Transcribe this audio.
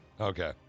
Okay